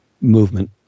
movement